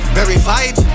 verified